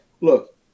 look